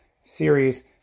series